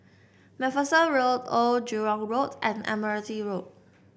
MacPherson Road Old Jurong Road and Admiralty Road